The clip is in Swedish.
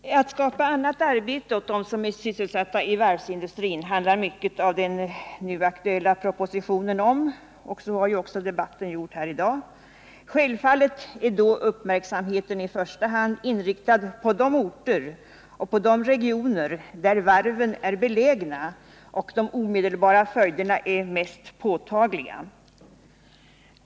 Herr talman! Att skapa annat arbete åt dem som nu är sysselsatta i varvsindustrin handlar mycket av den föreliggande propositionen om. Det har också debatten här i dag gjort. Självfallet är uppmärksamheten då i första hand inriktad på de orter och regioner där varven är belägna och där de omedelbara följderna blir mest påtagliga.